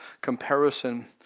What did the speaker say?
comparison